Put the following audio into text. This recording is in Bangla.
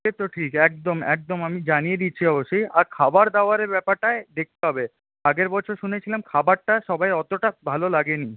সে তো ঠিক একদম একদম আমি জানিয়ে দিচ্ছি অবশ্যই আর খাবারদাবারের ব্যাপারটায় দেখতে হবে আগের বছর শুনেছিলাম খাবারটা সবার অতটা ভালো লাগেনি